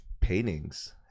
paintings